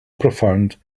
profound